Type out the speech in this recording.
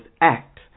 act